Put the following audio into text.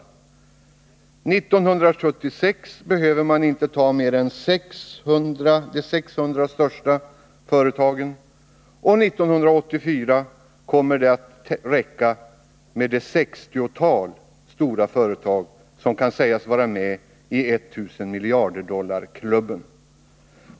1976 behöver man inte ta mer än de 600 största företagen. 1984 kommer det att räcka med ett 60-tal stora företag som kan sägas vara med i 1 000-miljarderdollarklubben.